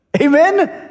Amen